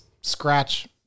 Scratch